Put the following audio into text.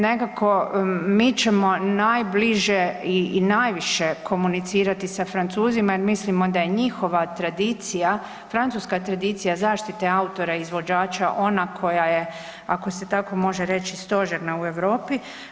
Nekako mi ćemo najbliže i najviše komunicirati sa Francuzima jer mislimo da je njihova tradicija, francuska tradicija zaštite autora i izvođača ona koja je ako se tako može reći stožerna u Europi.